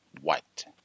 white